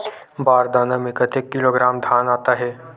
बार दाना में कतेक किलोग्राम धान आता हे?